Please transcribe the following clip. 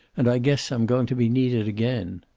and i guess i'm going to be needed again.